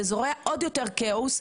זה זורע עוד יותר כאוס,